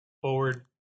forward